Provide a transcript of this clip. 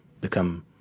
become